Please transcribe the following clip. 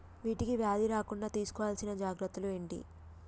వీటికి వ్యాధి రాకుండా తీసుకోవాల్సిన జాగ్రత్తలు ఏంటియి?